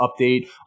update